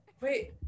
Wait